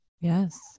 Yes